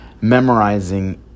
memorizing